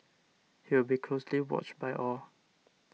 he will be closely watched by all